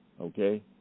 Okay